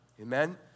Amen